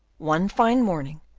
one fine morning,